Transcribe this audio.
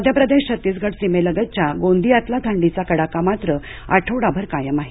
मध्यप्रदेश छत्तीसगड सीमेलगतच्या गोंदियातला थंडीचा कडाका मात्र आठवडाभर कायम आहे